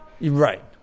right